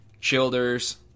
childers